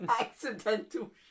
Accidental